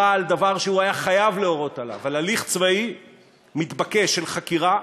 על דבר שהוא היה חייב להורות עליו: על הליך צבאי מתבקש של חקירה,